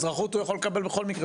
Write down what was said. אזרחות הוא יכול לקבל בכל מקרה,